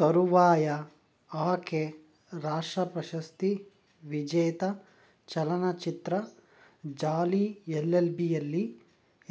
ತರುವಾಯ ಆಕೆ ರಾಷ್ಟ್ರಪ್ರಶಸ್ತಿ ವಿಜೇತ ಚಲನಚಿತ್ರ ಜಾಲಿ ಎಲ್ ಎಲ್ ಬಿಯಲ್ಲಿ